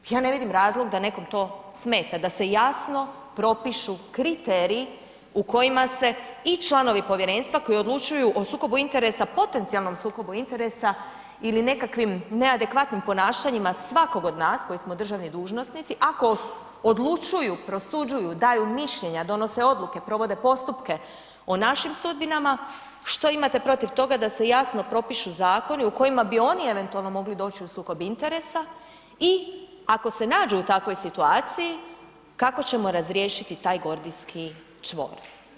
Ja ne vidim razlog da nekog to smeta, da se jasno propišu kriteriji u kojima se i članovi povjerenstva koji odlučuju o sukobu interesa, potencijalnom sukobu interesa ili nekakvim neadekvatnim ponašanjima svakog od nas koji smo državni dužnosnici, ako odlučuju, prosuđuju, daju mišljenja, donose odluke, provode postupke o našim sudbinama, što imate protiv toga da se jasno propišu zakoni u kojima bi oni eventualno mogli doć u sukob interesa i ako se nađe u takvoj situaciji kako ćemo razriješiti taj gordijski čvor?